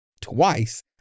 twice